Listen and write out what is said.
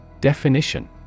Definition